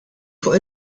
fuq